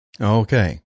Okay